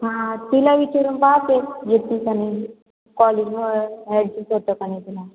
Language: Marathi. हां तिला विचारून पाहते कॉलेजम ॲडजस्ट होतं का नाही तिला